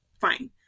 Fine